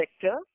sector